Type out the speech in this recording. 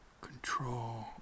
control